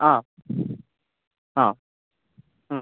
ആ ആ